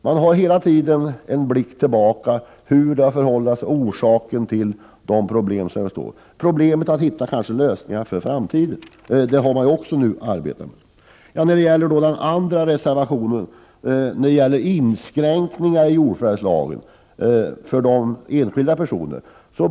Man har hela tiden blickat tillbaka på förhållandena och utrett orsakerna till de problem som uppstått, och man har arbetat med att få fram lösningar för framtiden. Reservation 2 behandlar inskränkning av jordförvärvslagens tillämpningsområde.